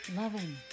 loving